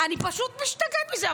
אני פשוט משתגעת מזה.